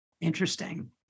Interesting